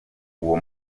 uwo